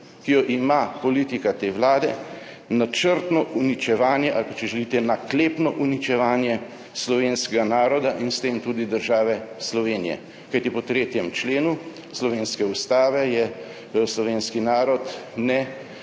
ki jo ima politika te vlade, načrtno uničevanje ali pa, če želite, naklepno uničevanje slovenskega naroda in s tem tudi države Slovenije. Kajti po 3. členu slovenske Ustave je slovenski narod